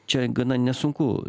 čia gana nesunku